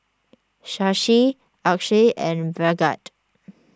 Shashi Akshay and Bhagat